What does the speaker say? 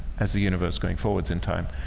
as the universe going forwards in time.